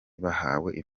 bahawe